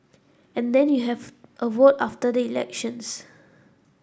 and then you have a vote after the elections